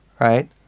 right